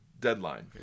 deadline